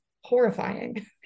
horrifying